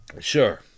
Sure